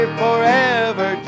forever